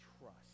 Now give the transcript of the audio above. trust